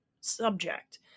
subject